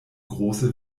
große